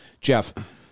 Jeff